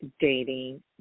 dating